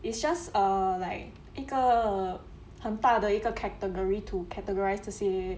it's just a like 一个很大的一个 category to categorise 这些